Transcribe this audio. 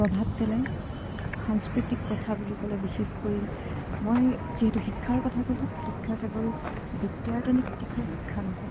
প্ৰভাৱ পেলায় সাংস্কৃতিক প্ৰথা বুলি ক'লে বিশেষকৈ মই যিহেতু শিক্ষাৰ কথা ক'লোঁ শিক্ষা কেৱল বিদ্যাটনিক দিশৰ শিক্ষা নহয়